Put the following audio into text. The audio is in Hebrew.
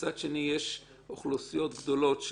ומהצד השני יש אוכלוסיות גדולות,